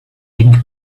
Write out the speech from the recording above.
egg